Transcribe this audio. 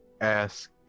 ask